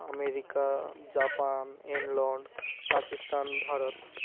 America Japan England Pakistan Bharat